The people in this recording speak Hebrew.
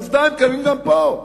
עובדה, הם קיימים גם פה.